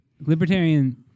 Libertarian